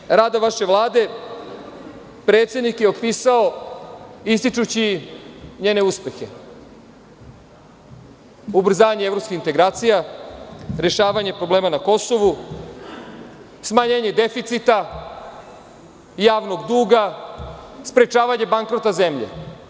Godinu dana rada vaše Vlade, predsednik je opisao ističući njene uspehe, ubrzanje evropskih integracija, rešavanje problema na Kosovu, smanjenje deficita, javnog duga, sprečavanje bankrota zemlje.